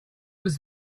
was